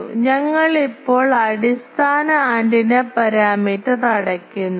അതിനാൽ ഞങ്ങൾ ഇപ്പോൾ അടിസ്ഥാന ആന്റിന പാരാമീറ്റർ അടയ്ക്കുന്നു